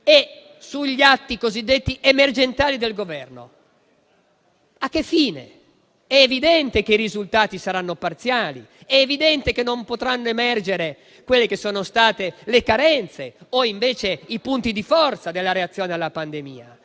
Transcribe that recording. e sugli atti cosiddetti emergenziali del Governo. A che fine? È evidente che i risultati saranno parziali. È evidente che non potranno emergere le carenze o invece i punti di forza della reazione alla pandemia.